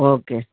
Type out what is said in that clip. okay